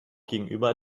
gegenüber